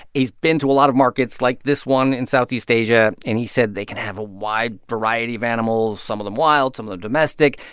he's been to a lot of markets like this one in southeast asia. and he said they can have a wide variety of animals some of them wild, some of domestic.